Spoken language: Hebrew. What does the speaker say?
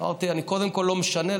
אמרתי: אני קודם כול לא משנה,